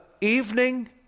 evening